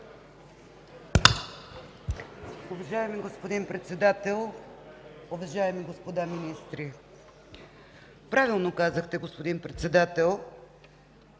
Уважаеми господин Председател, уважаеми господа министри! Правилно казахте, господин Председател,